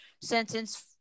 sentence